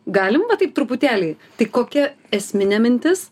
galime va taip truputėlį tai kokia esminė mintis